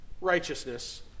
righteousness